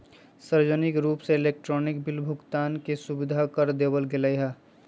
सार्वजनिक रूप से इलेक्ट्रॉनिक बिल भुगतान के सुविधा कर देवल गैले है